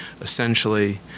essentially